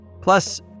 Plus